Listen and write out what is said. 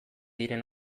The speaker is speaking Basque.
diren